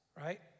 right